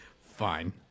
Fine